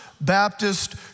Baptist